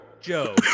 Joe